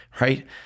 right